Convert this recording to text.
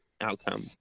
Outcome